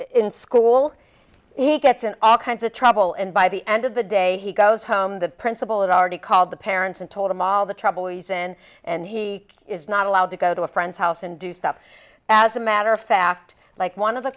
in school he gets an all kinds of trouble and by the end of the day he goes home the principal and already called the parents and told him all the trouble he's in and he is not allowed to go to a friend's house and do stuff as a matter of fact like one of the